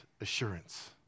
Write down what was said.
assurance